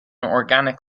organic